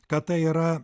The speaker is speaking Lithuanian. kad tai yra